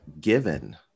given